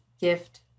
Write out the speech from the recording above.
gift